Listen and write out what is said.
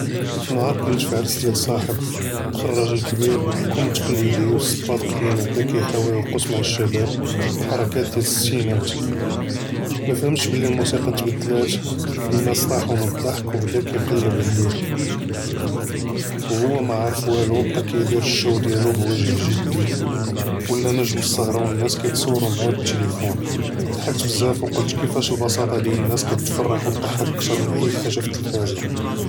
נְהַאר כּוֹנְת פִי עַרָס דִּיַאל Ṣַחַב דַּخַל רַאגֵל קְבִּיר בְּכַמ תְּקְלִידִיַה וּסְבַאט קְדִים וּבְדָא קַאִיַחְאוֹל יְרַקֵּס מַעַ אֶשְּׁבַּאב בְּחֻרְכַּאת דְיַאל אֶלְסִתִינַات מַא פְהַםְש בִּלִי אֶלְמוּסִיקָה תְּבַדְּלַת אֶנָּאס טָאחוּ מִן אֶלְדַחַק וּבְדָא קַאִיַקְלֵב עֲלֵיה וְהֻוא מַעְרֵף וַלְוָא וּבְקָא קַאִידִיר אֶלְשּׁוּ דִיַאלו וְהֻוא גַ'אי גְדִי, וְלָא נַגְ'ם אֶלְסַהְרָה וְאֶנָּאס קַאִיַתְצַוּרוּ מְעַהּ בַּאלְתִלִפוּן דַּחַקְת בְּזַאף וְקַלְת כֵּיףַאש אַלְבְּסָאתַה דְיַאל אֶלְנָּאס קַאתְפַרְח וְדַחַק קְתַר מִן אִי חַאגָ'ה פִי אֶלְתֵּלֶפְזָה.